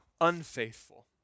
Unfaithful